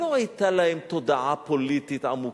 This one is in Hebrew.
לא היתה להם תודעה פוליטית עמוקה.